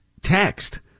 text